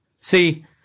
See